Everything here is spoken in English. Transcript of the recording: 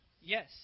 Yes